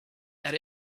that